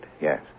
Yes